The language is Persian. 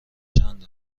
چند